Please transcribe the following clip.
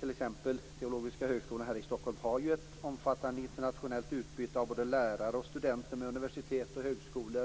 T.ex. Teologiska Högskolan här i Stockholm har ett omfattande internationellt utbyte av både lärare och studenter med universitet och högskolor.